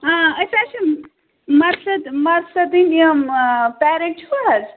آ أسۍ حظ چھِ مدثَت مَدثَتٕن یِم پیرٹ چھِو حظ